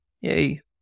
Yay